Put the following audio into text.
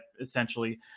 essentially